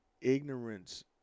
ignorance